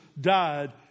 died